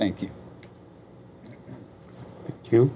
thank you